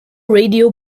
radio